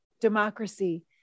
democracy